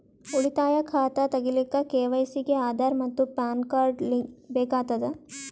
ಉಳಿತಾಯ ಖಾತಾ ತಗಿಲಿಕ್ಕ ಕೆ.ವೈ.ಸಿ ಗೆ ಆಧಾರ್ ಮತ್ತು ಪ್ಯಾನ್ ಕಾರ್ಡ್ ಬೇಕಾಗತದ